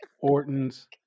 Orton's